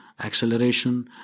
acceleration